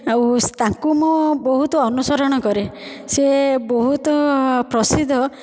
ଆଉ ତାକୁ ମୁଁ ବହୁତ ଅନୁସରଣ କରେ ସେ ବହୁତ ପ୍ରସିଦ୍ଧ